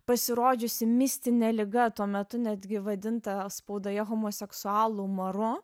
pasirodžiusi mistinė liga tuo metu netgi vadinta spaudoje homoseksualų maru